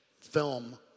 film